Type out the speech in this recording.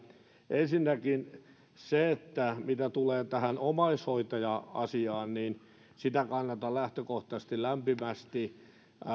ensinnäkin mitä tulee tähän omaishoitaja asiaan sitä kannatan lähtökohtaisesti lämpimästi